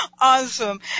awesome